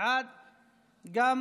בעד, עשרה.